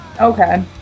Okay